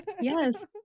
Yes